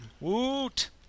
Woot